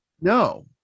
no